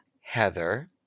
Heather